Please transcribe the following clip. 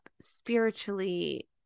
spiritually